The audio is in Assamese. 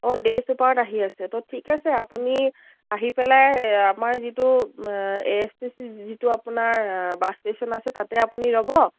অঁ ডে চুপাৰত আহি আছে ত' ঠিক আছে আপুনি আহি পেলাই আমাৰ যিটো এ এছ টি চি যিটো আপোনাৰ বাছ ষ্টেচন আছে তাতে আপুনি ৰ'ব